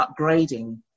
upgrading